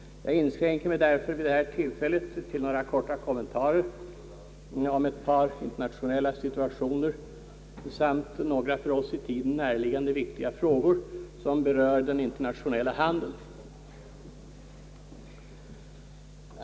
Jag inskränker mig alltså vid detta tillfälle till några korta kommentarer om ett par internationella situationer samt några för oss i tiden närliggande viktiga frågor, som berör den internationella handeln.